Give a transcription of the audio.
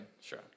Sure